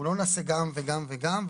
אנחנו לא נעשה גם וגם וגם.